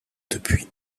depuis